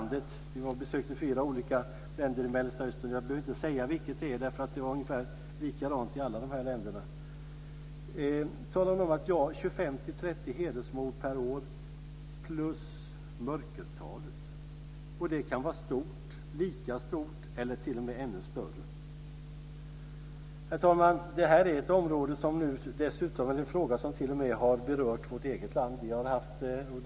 Det är 25-30 hedersmord per år plus mörkertalet. Det kan vara stort - lika stort eller t.o.m. ännu större. Herr talman! Det här är en fråga som t.o.m. har berört vårt eget land.